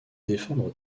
défendre